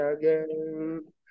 again